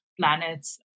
planet's